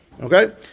Okay